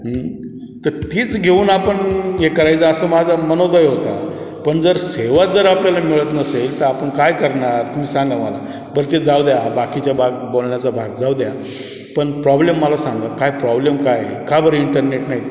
त तीच घेऊन आपण हे करायचं असं माझा मनोदय होता पण जर सेवा जर आपल्याला मिळत नसेल तर आपण काय करणार तुम्ही सांगा मला बर ते जाऊ द्या बाकीच्या भाग बोलण्याचा भाग जाऊ द्या पण प्रॉब्लेम मला सांगा काय प्रॉब्लेम काय आहे का बरं इंटरनेट नाही